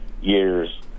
years